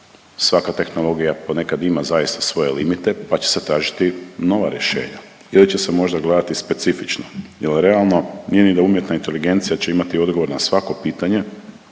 Svaka tehnologija ponekad ima zaista svoje limite pa će se tražiti nova rješenja ili će se možda gledati specifično ili realno, nije da ni umjetna inteligencija će imati odgovor na svako pitanje